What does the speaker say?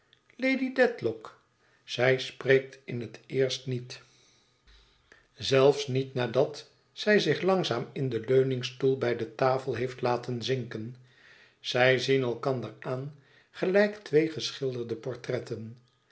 lady dedlock zij spreekt in het eerst niet zelfs niet nadat zij zich langzaam in den leuningstoel bij de tafel heeft laten zinken zij zien elkander aan gelijk twee geschilderde portretten